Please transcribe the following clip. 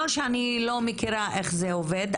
לא שאני לא מכירה את איך שזה עובד,